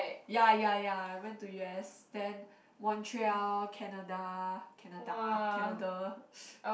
ya ya ya I went to u_s then Montreal Canada Canada Canada